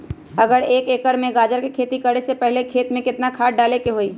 अगर एक एकर में गाजर के खेती करे से पहले खेत में केतना खाद्य डाले के होई?